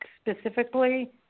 specifically